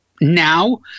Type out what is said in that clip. now